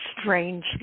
strange